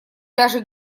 даже